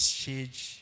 change